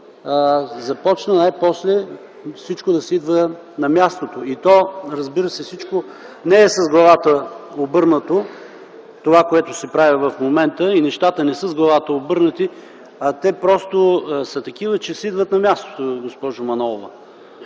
коалиция, най-после всичко започна да си идва на мястото. То, разбира се, всичко не е с главата обърнато – това, което се прави в момента, и нещата не са с главата обърнати, а те просто са такива, че си идват на мястото, госпожо Манолова